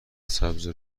سبز